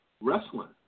Wrestling